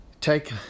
take